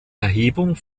erhebung